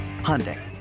Hyundai